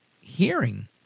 hearing